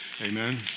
Amen